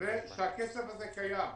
זה שהכסף הזה קיים.